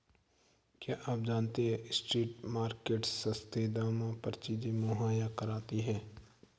क्या आप जानते है स्ट्रीट मार्केट्स सस्ते दामों पर चीजें मुहैया कराती हैं?